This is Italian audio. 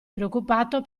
preoccupato